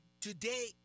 Today